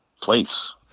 place